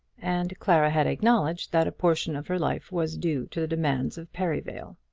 and clara had acknowledged that a portion of her life was due to the demands of perivale.